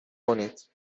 کنید